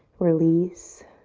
release.